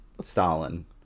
stalin